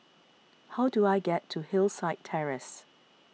how do I get to Hillside Terrace